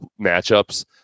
matchups